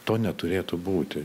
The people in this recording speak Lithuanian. to neturėtų būti